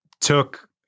took